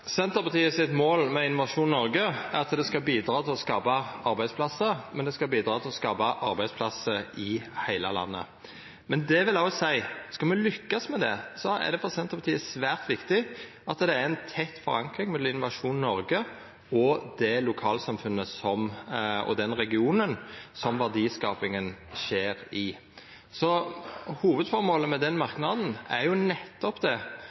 Senterpartiet sitt mål med Innovasjon Noreg er at det skal bidra til å skapa arbeidsplassar, men det skal bidra til å skapa arbeidsplassar i heile landet. Men det vil òg seia at om me skal lykkast med det, er det for Senterpartiet svært viktig at det er ei tett forankring mellom Innovasjon Noreg og det lokalsamfunnet og den regionen som verdiskapinga skjer i. Hovudføremålet med den merknaden er nettopp